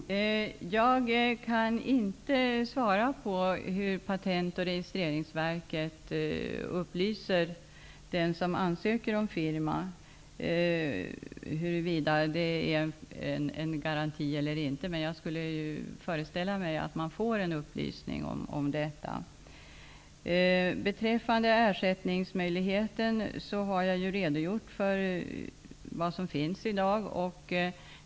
Herr talman! Jag kan inte svara på om Patent och registreringsverket ger information om huruvida det kan ges garantier eller inte till det företag som ansöker om att registrera firmanamnet. Men jag kan föreställa mig att företaget får vissa upplysningar. Jag har redogjort för vad som gäller i fråga om ersättningsmöjligheter.